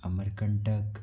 अमर कंटक